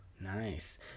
Nice